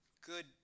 good